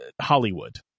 Hollywood